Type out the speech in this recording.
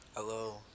Hello